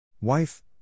Wife